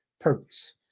purpose